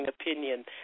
opinion